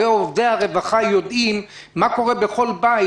הרי עובדי הרווחה יודעים מה קורה בכל בית,